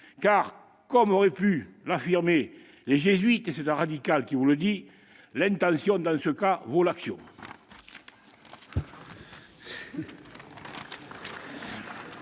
effet, comme auraient pu l'affirmer les jésuites-et c'est un radical qui le dit !-, l'intention dans ce cas vaut l'action